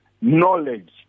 knowledge